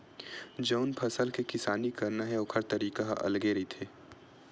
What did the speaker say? जउन फसल के किसानी करना हे ओखर तरीका ह अलगे रहिथे